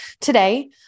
today